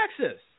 Texas